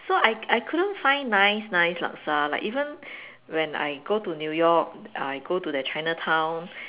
so I I couldn't find nice nice laksa like even when I go to new York I go to their Chinatown